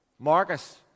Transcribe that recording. Marcus